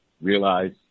realize